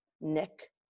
nick